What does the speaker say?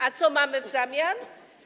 A co mamy w zamian?